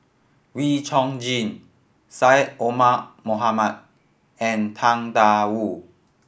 Wee Chong Jin Syed Omar Mohamed and Tang Da Wu